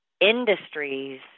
industries